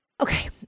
Okay